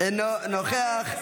אינו נוכח,